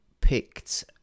picked